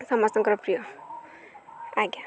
ସମସ୍ତଙ୍କର ପ୍ରିୟ ଆଜ୍ଞା